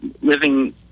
living